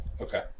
Okay